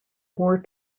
war